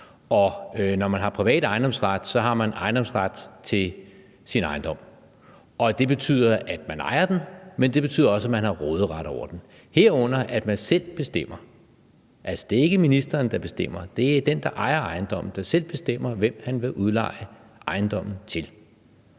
Når man har privat ejendomsret, har man ejendomsret til sin ejendom, og det betyder, at man ejer den, men det betyder også, at man har råderet over den, herunder at man selv bestemmer. Altså, det er ikke ministeren, der bestemmer, men det er den, der ejer ejendomme, der selv bestemmer, hvem han vil udleje ejendommen til.